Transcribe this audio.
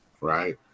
right